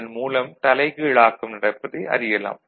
இதன் மூலம் தலைகீழாக்கம் நடப்பதை அறியலாம்